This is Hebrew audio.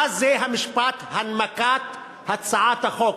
מה זה המשפט "הנמקת הצעת החוק"?